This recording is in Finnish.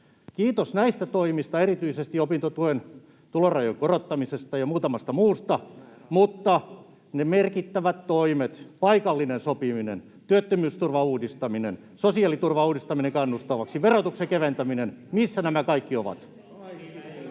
Kiitos näistä toimista, erityisesti opintotuen tulorajojen korottamisesta ja muutamasta muusta, mutta ne merkittävät toimet — paikallinen sopiminen, työttömyysturvan uudistaminen, sosiaaliturvan uudistaminen kannustavaksi, verotuksen keventäminen — missä nämä kaikki ovat?